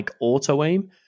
auto-aim